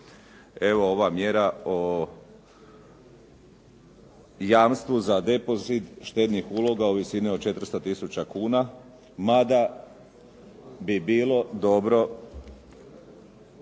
evo ova mjera o jamstvu za depozit štednih uloga u visini od 400 tisuća kuna, ma da bi bilo dobro